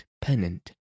pennant